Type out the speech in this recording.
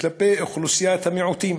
כלפי אוכלוסיית המיעוטים.